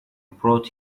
brought